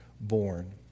born